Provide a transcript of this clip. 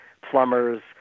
plumbers